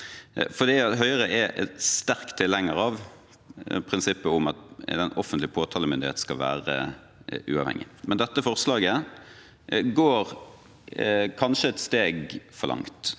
Høyre er sterk tilhenger av prinsippet om at den offentlige påtalemyndigheten skal være uavhengig, men dette forslaget går kanskje et steg for langt.